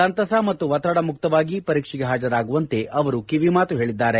ಸಂತಸ ಮತ್ತು ಒತ್ತಡ ಮುಕ್ತವಾಗಿ ಪರೀಕ್ಷೆಗೆ ಹಾಜರಾಗುವಂತೆ ಅವರು ಕಿವಿಮಾತು ಹೇಳದ್ದಾರೆ